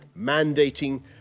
mandating